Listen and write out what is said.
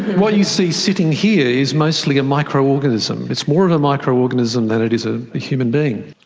what you see sitting here is mostly a micro-organism. it's more of a micro-organism than it is a human being.